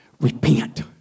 repent